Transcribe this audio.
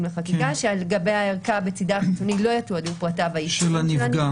שעל גבי הערכה בצידה החיצוני לא יתועדו פרטיו האישיים של הנפגע